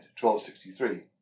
1263